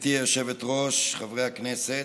גברתי היושבת-ראש, חברי הכנסת,